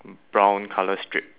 b~ brown colour strip